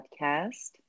podcast